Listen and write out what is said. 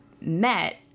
met